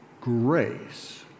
grace